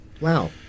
Wow